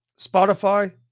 Spotify